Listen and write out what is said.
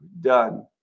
done